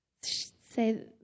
say